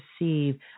receive